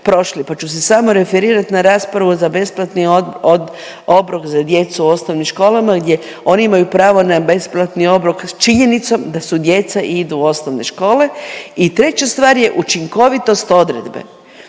pa ću se samo referirat na raspravu za besplatni obrok za djecu u osnovnim školama gdje oni imaju pravo na besplatni obrok s činjenicom da su djeca i idu u osnovne škole i treća stvar je učinkovitost odredbe.